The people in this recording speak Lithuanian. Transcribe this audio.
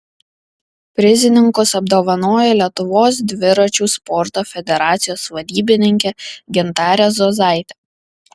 prizininkus apdovanojo lietuvos dviračių sporto federacijos vadybininkė gintarė zuozaitė